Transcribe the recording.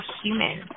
human